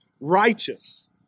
righteous